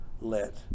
let